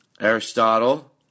Aristotle